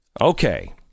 Okay